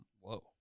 Whoa